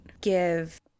give